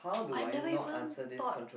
I never even thought